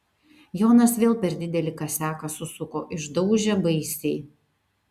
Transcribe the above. jonas vėl per didelį kasiaką susuko išdaužė baisiai